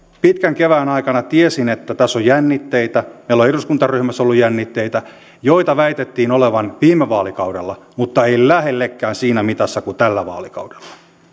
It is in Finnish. pitkän kevään aikana tiesin että tässä on jännitteitä meillä on eduskuntaryhmässä ollut jännitteitä joita väitettiin olevan jo viime vaalikaudella mutta ei lähellekään siinä mitassa kuin tällä vaalikaudella